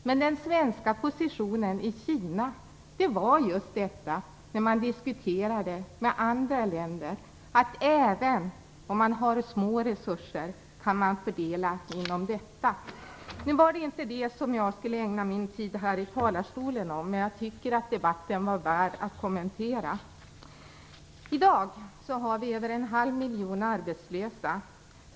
Men den svenska positionen i Kina var just den, när man diskuterade med andra länder, att även om man har små resurser kan man fördela inom dessa. Nu var det inte det som jag skulle ägna min tid i talarstolen åt, men jag tycker att debatten var värd att kommentera. I dag har vi över en halv miljon arbetslösa.